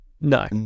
No